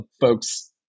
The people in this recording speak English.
folks